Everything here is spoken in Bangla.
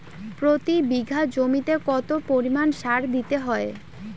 প্রতি বিঘা জমিতে কত পরিমাণ সার দিতে হয়?